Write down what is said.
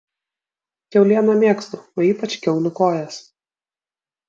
kiaulieną mėgstu o ypač kiaulių kojas